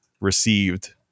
received